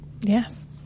Yes